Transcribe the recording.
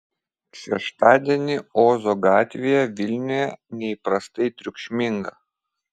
šeštadienį ozo gatvėje vilniuje neįprastai triukšminga